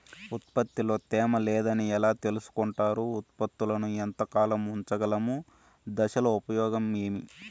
ఉత్పత్తి లో తేమ లేదని ఎలా తెలుసుకొంటారు ఉత్పత్తులను ఎంత కాలము ఉంచగలము దశలు ఉపయోగం ఏమి?